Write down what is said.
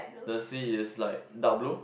the sea is like dark blue